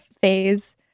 phase